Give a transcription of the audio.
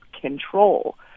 control